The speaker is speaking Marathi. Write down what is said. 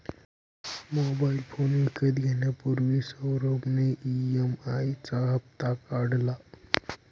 मोबाइल फोन विकत घेण्यापूर्वी सौरभ ने ई.एम.आई चा हप्ता काढला